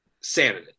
sanity